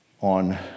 on